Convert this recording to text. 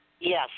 Yes